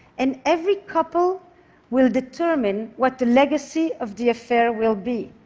and every couple will determine what the legacy of the affair will be.